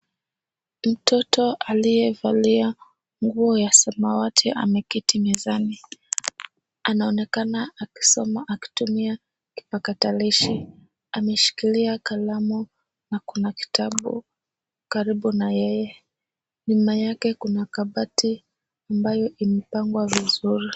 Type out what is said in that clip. Mtoto aliyevalia nguo ya samawati ameketi mezani. Anaonekana akisoma akitumia kipakatalishi. Amemshikilia kalamu na kuna kitabu karibu nayeye. Nyuma yake kuna kabati ambayo imepangwa vizuri.